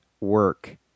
work